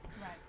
Right